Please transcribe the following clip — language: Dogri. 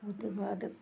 ओह्दे बाद